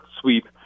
sweep